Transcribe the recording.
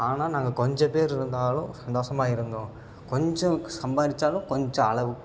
ஆனால் நாங்கள் கொஞ்சம் பேர் இருந்தாலும் சந்தோஷமா இருந்தோம் கொஞ்சம் சம்பாரித்தாலும் கொஞ்சம் அளவுக்கு